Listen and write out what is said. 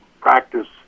practice